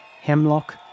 Hemlock